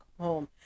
home